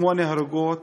שמונה הרוגות,